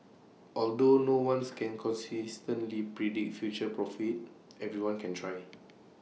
although no ones can consistently predict future profits everyone can try